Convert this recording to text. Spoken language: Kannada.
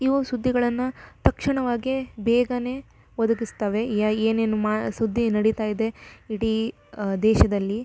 ಇವು ಸುದ್ದಿಗಳನ್ನು ತಕ್ಷಣವಾಗಿಯೇ ಬೇಗನೆ ಒದಗಿಸ್ತವೆ ಏನೇನು ಮಾ ಸುದ್ದಿ ನಡಿತಾ ಇದೆ ಇಡೀ ದೇಶದಲ್ಲಿ